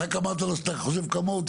רק אמרתי לו שאתה חושב כמוהו,